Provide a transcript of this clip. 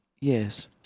Yes